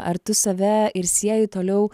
ar tu save ir sieji toliau